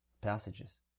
passages